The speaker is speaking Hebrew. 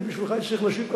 בשבילך הייתי צריך להשיב,